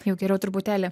juk geriau truputėlį